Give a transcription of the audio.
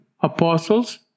Apostles